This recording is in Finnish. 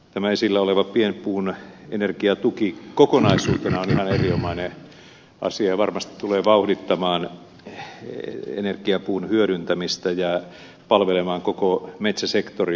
tämä esillä oleva pienpuun energiatuki kokonaisuutena on ihan erinomainen asia ja varmasti tulee vauhdittamaan energiapuun hyödyntämistä ja palvelemaan koko metsäsektoria